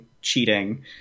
cheating